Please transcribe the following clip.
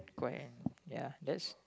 quite an ya that's